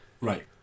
Right